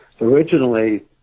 Originally